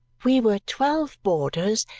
we were twelve boarders,